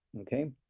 Okay